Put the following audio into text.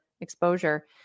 exposure